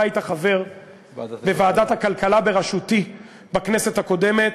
אתה היית חבר בוועדת הכלכלה בראשותי בכנסת הקודמת,